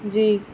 جی